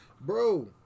Bro